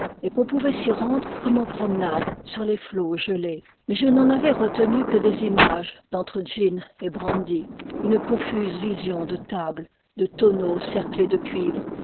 et qu'on pouvait s'y rendre comme en promenade sur les flots gelés mais je n'en avais retenu que des images d'entre gin et brandy une confuse vision de tables de tonneaux cerclés de cuivre